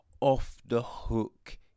off-the-hook